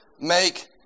make